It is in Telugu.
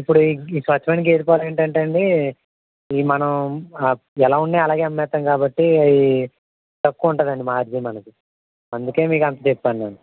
ఇప్పుడు ఈ ఈ స్వచ్ఛమైన గేదె పాలు ఏంటంటే అండి ఈ మనం ఎలా ఉన్నవి అలాగే అమ్మేస్తాం కాబట్టి అవి తక్కువ ఉంటుంది అండి మార్జిన్ మనకి అందుకని మీకు అంత చెప్పాను నేను